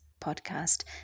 podcast